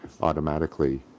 automatically